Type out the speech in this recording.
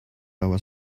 our